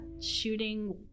shooting